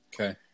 Okay